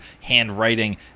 handwriting